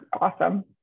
awesome